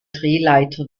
drehleiter